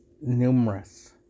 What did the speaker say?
numerous